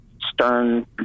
stern